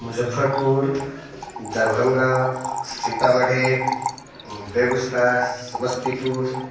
Muzaffarpur Darbhanga Sitamarhi Begusarai Samastipur